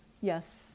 Yes